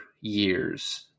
years